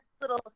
little